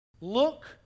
Look